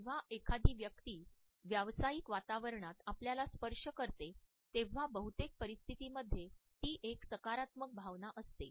जेव्हा एखादी व्यक्ती व्यावसायिक वातावरणात आपल्यास स्पर्श करते तेव्हा बहुतेक परिस्थितींमध्ये ती एक सकारात्मक भावना असते